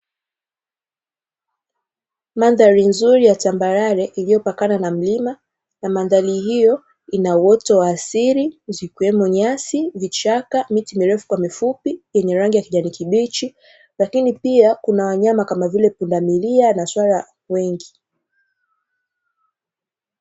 Mandhari nzuri ya tambarare iliyopakana na mlima, na mandhari hiyo ina uoto wa asili zikiwemo nyasi, vichaka, miti mirefu kwa mifupi yenye rangi ya kijani kibichi, lakini pia kuna wanyama kama vile pundamilia na swala wengi.